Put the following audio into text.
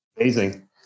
Amazing